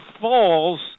falls